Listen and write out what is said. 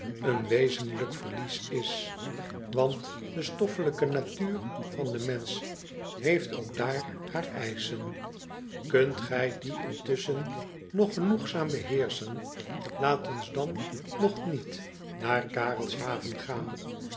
een wezenlijk verlies is want de stoffelijke natuur van den mensch heeft ook daar haar eischen unt gij die intusschen nog genoegzaam beheerschen laat ons dan nog niet naar arelshaven gaan